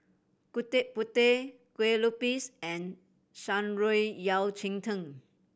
Gudeg Putih Kueh Lupis and Shan Rui Yao Cai Tang